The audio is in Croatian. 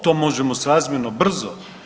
To možemo srazmjerno brzo.